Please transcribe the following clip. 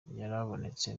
yarabonetse